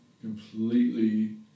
completely